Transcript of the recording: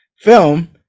film